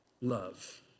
Love